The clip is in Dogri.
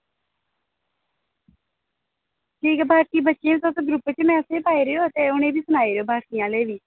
ठीक ऐ बाकी बच्चें गी तुस ग्रुप च मैसेज बी पाई ओड़ेओ ते उ'नेंगी बी सनाई ओड़ेओ बाकी आह्लें गी बी